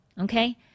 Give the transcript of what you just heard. okay